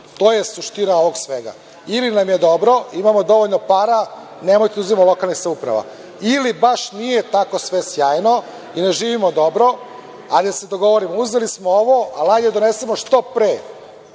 To je suština ovog svega ili nam je dobro, imamo dovoljno para, nemojte da uzimamo od lokalnih samouprava ili baš nije tako sve sjajno, i ne živimo dobro, ali da se dogovorimo uzeli smo ovo, ali hajde da donesemo što pre